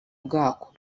bwako